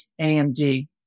AMD